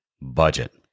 budget